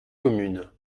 communes